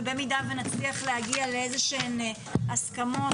ואם נצליח להגיע לאיזה שהן הסכמות,